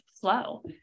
flow